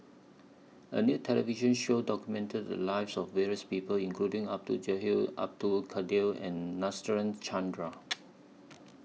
A New television Show documented The Lives of various People including Abdul Jalil Abdul Kadir and Nadasen Chandra